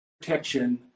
protection